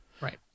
right